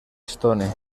stone